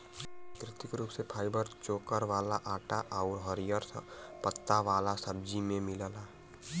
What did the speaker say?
प्राकृतिक रूप से फाइबर चोकर वाला आटा आउर हरिहर पत्ता वाला सब्जी में मिलेला